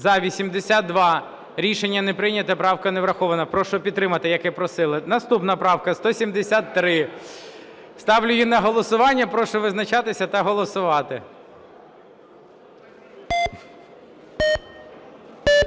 За-82 Рішення не прийнято. Правка не врахована. Прошу підтримати, як і просили. Наступна правка 173. Ставлю її на голосування. Прошу визначатися та голосувати.